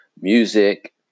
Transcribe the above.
Music